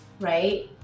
right